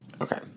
Okay